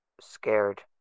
scared